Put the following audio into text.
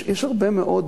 יש הרבה מאוד